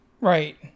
Right